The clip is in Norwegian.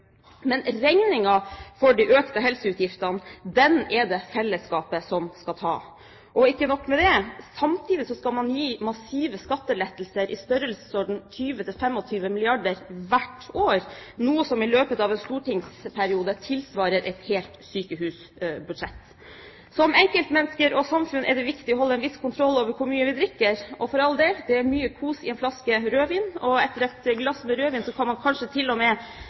men regningen for de økte helseutgiftene skal fellesskapet ta. Og ikke nok med det – samtidig skal man gi massive skattelettelser i størrelsesorden 20–25 milliarder kr hvert år, noe som i løpet av en stortingsperiode tilsvarer et helt sykehusbudsjett. Som enkeltmennesker og samfunn er det viktig å holde en viss kontroll med hvor mye vi drikker. Og for all del, det er mye kos i en flaske rødvin. Etter et glass rødvin kan man kanskje